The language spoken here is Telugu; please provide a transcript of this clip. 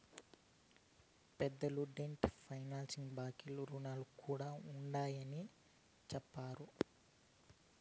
పెద్దలు డెట్ ఫైనాన్సింగ్ బాంకీ రుణాలు కూడా ఉండాయని చెప్తండారు